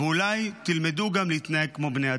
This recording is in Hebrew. ואולי תלמדו גם להתנהג כמו בני אדם.